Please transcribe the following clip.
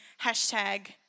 hashtag